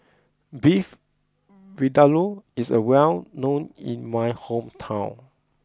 Beef Vindaloo is well known in my hometown